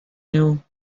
new